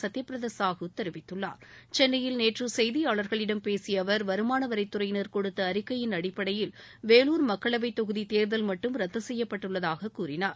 சத்யபிரத சாஹூ தெரிவித்துள்ளார் சென்னையில் நேற்று செய்தியாளர்களிடம் பேசிய அவர் வருமான வரித்துறையினர் கொடுத்த அறிக்கையின் அடிப்படையில் வேலூர் மக்களவைத் தொகுதி தேர்தல் மட்டும் ரத்து செய்யப்பட்டுள்ளதாக கூறினார்